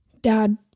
Dad